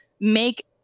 make